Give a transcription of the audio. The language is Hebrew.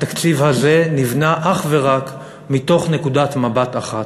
התקציב הזה נבנה אך ורק מתוך נקודת מבט אחת,